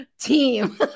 team